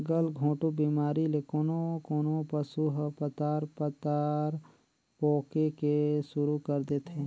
गलघोंटू बेमारी ले कोनों कोनों पसु ह पतार पतार पोके के सुरु कर देथे